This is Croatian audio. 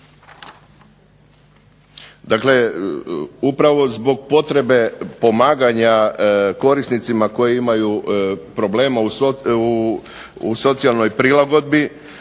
Dakle, upravo zbog potrebe pomaganja korisnicima koji imaju problema u socijalnoj prilagodbi